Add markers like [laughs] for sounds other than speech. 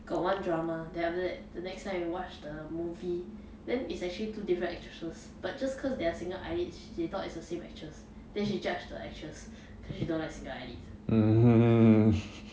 got one drama then after that the next time you watch the movie then is actually two different actresses but just cause they are single eyelids she thought is the same actress then she judge the actress cause she don't like single eyelids [laughs]